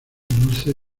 dulce